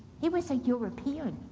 he was a european.